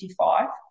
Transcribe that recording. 55